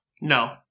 No